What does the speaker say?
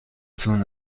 تون